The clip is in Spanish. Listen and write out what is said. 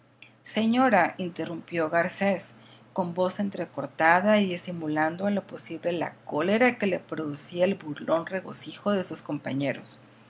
señora interrumpió garcés con voz entrecortada y disimulando en lo posible la cólera que le producía el burlón regocijo de sus compañeros